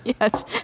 Yes